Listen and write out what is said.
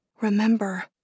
Remember